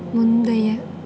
முந்தைய